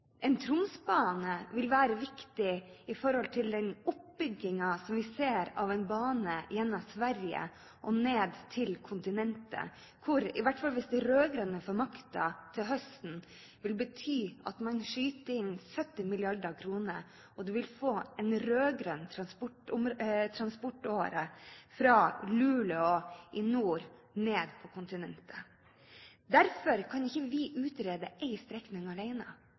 En tromsbane vil være viktig for den oppbyggingen som vi ser av en bane gjennom Sverige og ned til kontinentet, som, i hvert fall hvis de rød-grønne har makta til høsten, vil bety at man skyter inn 70 milliarder kr, og man vil da få en rød-grønn transportåre fra Luleå i nord og ned til kontinentet. Derfor kan ikke vi utrede én strekning